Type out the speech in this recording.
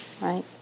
Right